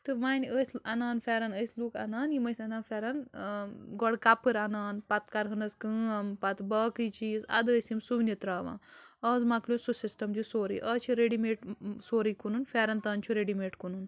تہٕ وَنہِ ٲسۍ اَنان پھٮ۪رن ٲسۍ لُکھ اَنان یِم ٲسۍ آنان پھٮ۪رن گۄڈٕ کَپٕر انان پتہٕ کَرہَنس کٲم پتہٕ باقٕے چیٖز اَدٕ ٲسۍ یِم سُوٗنہِ تَراوان آز مۄکلیو سُہ سسٹم سورُے آز چھےٚ ریٚڈی میٹ سورُے کٕنُن ُٮ۪رن تٲنۍ چھُ ریڈی میٹ کٕنن